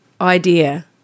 idea